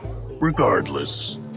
Regardless